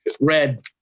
Red